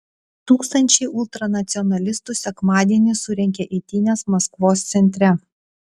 tūkstančiai ultranacionalistų sekmadienį surengė eitynes maskvos centre